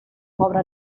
pobre